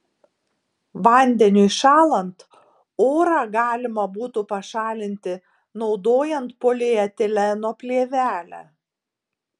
vandeniui šąlant orą galima būtų pašalinti naudojant polietileno plėvelę